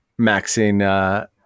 maxing